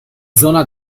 zona